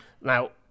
now